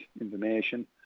information